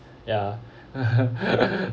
ya